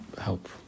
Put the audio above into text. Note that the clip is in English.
help